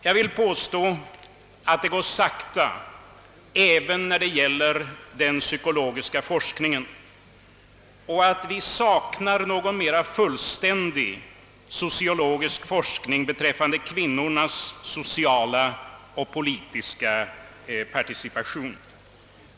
Jag vill påstå att det går sakta även då det gäller den psykologiska forskningen, och att vi saknar en mera fullständig sociologisk forskning om kvinnornas sociala och politiska participation.